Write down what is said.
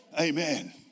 Amen